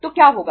तो क्या होगा